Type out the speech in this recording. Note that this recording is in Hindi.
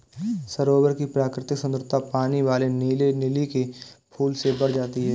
सरोवर की प्राकृतिक सुंदरता पानी वाले नीले लिली के फूल से बढ़ जाती है